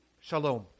Shalom